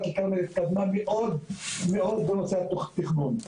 דאלית אל כרמל התקדמה מאוד מאוד בנושא התכנון.